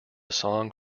song